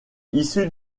issu